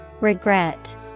Regret